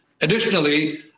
Additionally